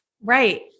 Right